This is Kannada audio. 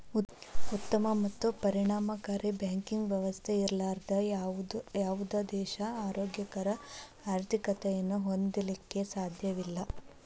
ಉತ್ತಮ ಮತ್ತು ಪರಿಣಾಮಕಾರಿ ಬ್ಯಾಂಕಿಂಗ್ ವ್ಯವಸ್ಥೆ ಇರ್ಲಾರ್ದ ಯಾವುದ ದೇಶಾ ಆರೋಗ್ಯಕರ ಆರ್ಥಿಕತೆಯನ್ನ ಹೊಂದಲಿಕ್ಕೆ ಸಾಧ್ಯಇಲ್ಲಾ